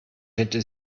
hätte